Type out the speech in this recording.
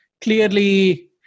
clearly